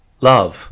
love